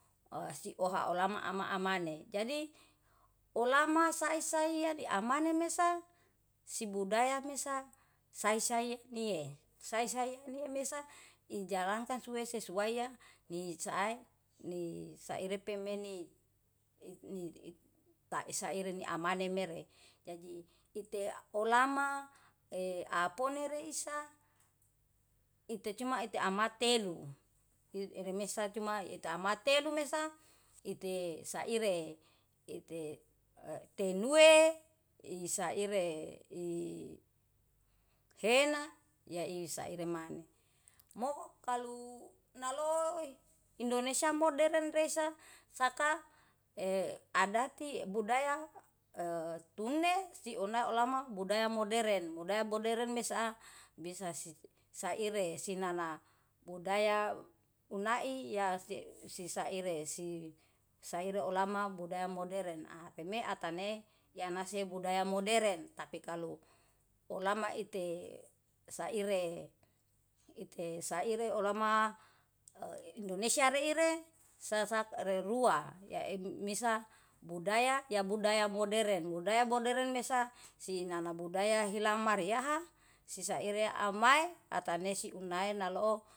Si oha olama ama amane, jadi olama sai saine amane mesa sibudaya mesa saisaie nie. Saisaie mesa ijalankan sue sesuai nisaae nisaire pemeni ni tai saire ni amani mere. Jadi ite olama e apone reisa ite cuma ite amatelu iteremesa cuma eta amatelu mesa ite saire, ite tenue isaire i hena yai saire maneh. Mo kalu naloi indonesia modern resa saka e adati budaya a tune si ona olama budaya modern, budaya moderen mesa bisa si saire si nana budaya unai ya si saire si saire olama budaya moderen peme atane yanase budaya moderen tapi kalu oalam ite saire, ite saire olama e indonesia reire sasak reua ya ebumesa budaya ya budaya moderen. Budaya moderen mesa si nana budaya hilama riyaha si saire amae atanesi unai naloo.